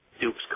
Duke's